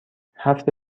هفت